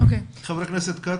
חבר הכנסת כץ.